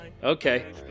Okay